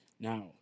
Now